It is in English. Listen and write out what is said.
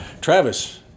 Travis